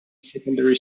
secondary